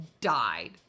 died